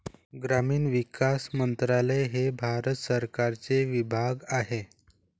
ग्रामीण विकास मंत्रालय हे भारत सरकारचे विभाग आहे